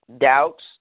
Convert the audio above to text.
doubts